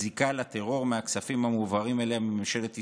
בזיקה לטרור מהכספים המועברים אליהם ממשלת ישראל,